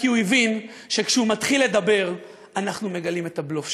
כי הוא הבין שכשהוא מתחיל לדבר אנחנו מגלים את הבלוף שלו.